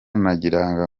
nagiraga